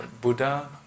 Buddha